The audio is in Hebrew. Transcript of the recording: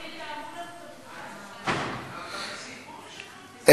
שלא יהיו להם טלפונים שיכולים להתקשר לרשתות החברתיות.